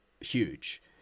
huge